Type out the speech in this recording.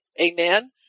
amen